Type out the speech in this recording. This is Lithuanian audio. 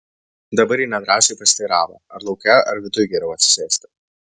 dabar ji nedrąsiai pasiteiravo ar lauke ar viduj geriau atsisėsti